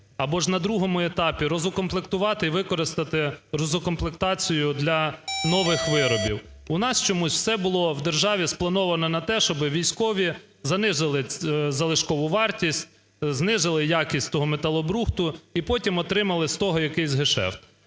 або ж на другому етапі розукомплектувати і використати розукомплектацію для нових виробів. У нас чомусь все було в державі сплановано на те, щоб військові занизили залишкову вартість, знизили якість того металобрухту і потім отримали з того якийсь гешефт.